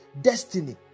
destiny